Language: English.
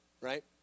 Right